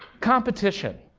competition.